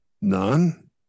None